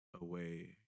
away